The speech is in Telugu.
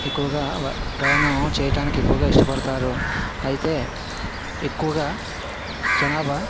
ఎక్కువగా ప్రయాణం చేయటానికి ఎక్కువగా ఇష్టపడతారు అయితే ఎక్కువగా జనాభా